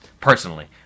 personally